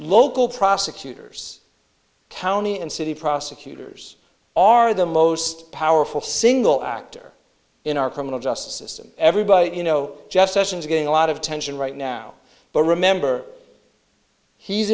local prosecutors county and city prosecutors are the most powerful single actor in our criminal justice system everybody you know jeff sessions are getting a lot of attention right now but remember he's